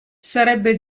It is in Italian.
sarebbe